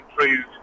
improved